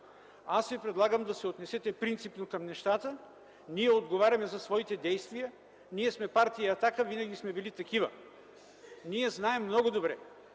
Аз ви предлагам да се отнесете принципно към нещата. Ние отговаряме за своите действия, ние сме Партия „Атака” и винаги сме били такива. Ние знаем много добре